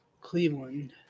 Cleveland